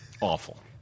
awful